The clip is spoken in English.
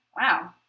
wow